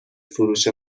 فروش